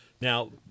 Now